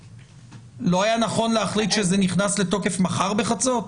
לא היה נכון להחליט שזה נכנס לתוקף מחר בחצות,